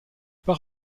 par